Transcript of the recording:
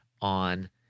on